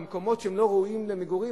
או במקומות שהם לא ראויים למגורים.